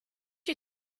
you